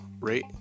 rate